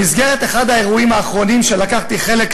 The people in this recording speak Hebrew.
במסגרת אחד האירועים האחרונים שלקחתי בהם חלק,